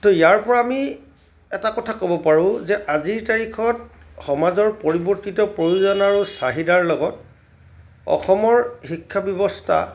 ত' ইয়াৰ পৰা আমি এটা কথা ক'ব পাৰোঁ যে আজিৰ তাৰিখত সমাজৰ পৰিৱৰ্তিত প্ৰয়োজন আৰু চাহিদাৰ লগত অসমৰ শিক্ষা ব্যৱস্থা